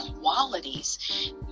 qualities